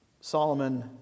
Solomon